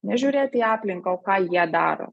nežiūrėti į aplinką o ką jie daro